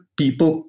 people